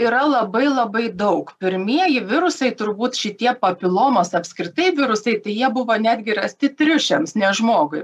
yra labai labai daug pirmieji virusai turbūt šitie papilomos apskritai virusai jie buvo netgi rasti triušiams ne žmogui